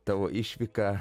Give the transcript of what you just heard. tavo išvyka